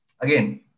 Again